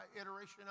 iteration